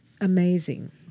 amazing